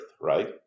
right